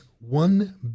one